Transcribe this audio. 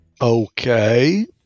Okay